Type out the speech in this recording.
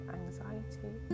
anxiety